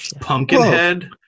Pumpkinhead